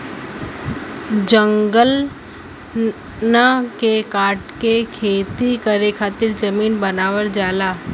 जंगलन के काटकर खेती करे खातिर जमीन बनावल जाला